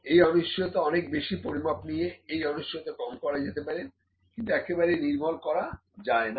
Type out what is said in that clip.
এই অনিশ্চয়তা অনেক বেশি পরিমাপ নিয়ে এই অনিশ্চয়তা কম করা যেতে পারে কিন্তু একেবারে নির্মূল করা যায় না